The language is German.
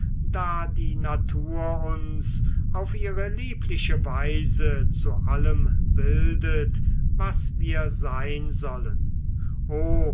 da die natur uns auf ihre liebliche weise zu allem bildet was wir sein sollen o